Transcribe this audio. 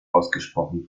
ausgesprochen